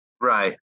Right